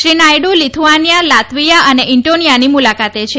Shri Naidu Lithuania Latvia અને ઈન્ટોનીયાની મુલાકાતે છે